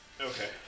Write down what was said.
Okay